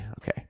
okay